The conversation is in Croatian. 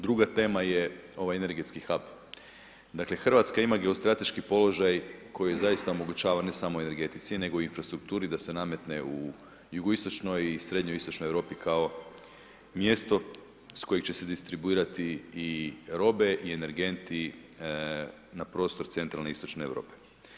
Druga tema ovaj energetski hub, dakle Hrvatska ima geostrateški položaj koji zaista omogućava ne samo energetici nego infrastrukturi da se nametne u Jugoistočnoj i Srednjeistočnoj Europi kao mjesto s kojeg će se distribuirati i robe i energenti na prostor centralne Istočne Europe.